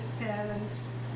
parents